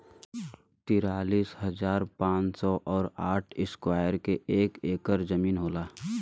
तिरालिस हजार पांच सौ और साठ इस्क्वायर के एक ऐकर जमीन होला